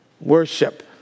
Worship